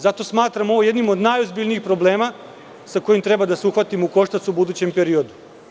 Zato smatram ovo jednim od najozbiljnijih problema sa kojim treba da se uhvatimo u koštac u budućem periodu.